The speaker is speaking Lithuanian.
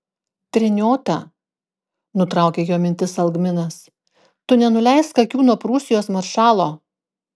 treniota nutraukė jo mintis algminas tu nenuleisk akių nuo prūsijos maršalo